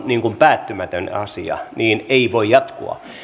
päättymätön asia niin ei voi jatkua